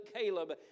Caleb